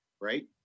right